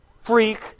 freak